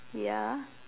ya